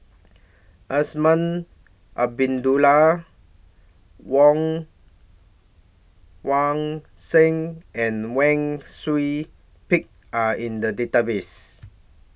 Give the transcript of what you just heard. Azman Abdullah Woon Wah Siang and Wang Sui Pick Are in The Database